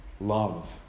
love